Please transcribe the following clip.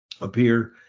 appear